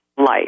life